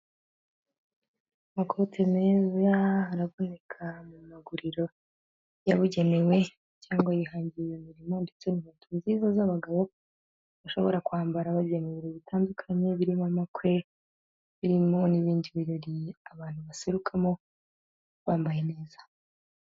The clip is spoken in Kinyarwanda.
Amakote meza araboneka mu maguriro yabugenewe cyangwa yihangira iyo imirimo ndetse n'inkweto nziza z'abagabo, bashobora kwambara bajya mu birori bitandukanye, birimo amakwe, birimo n'ibindi birori abantu baserukamo bambaye neza.